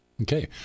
Okay